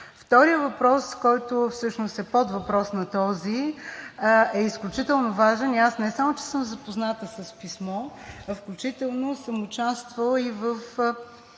Вторият въпрос, който всъщност е подвъпрос на този, е изключително важен. Аз не само че съм запозната с писмо, а включително съм участвала и